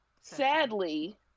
Sadly